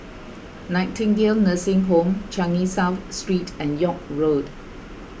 Nightingale Nursing Home Changi South Street and York Road